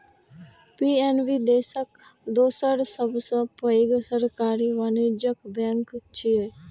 PNB देशक दोसर सबसं पैघ सरकारी वाणिज्यिक बैंक छियै